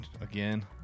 again